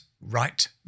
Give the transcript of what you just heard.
right